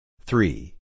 Three